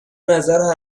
نظر